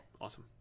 Awesome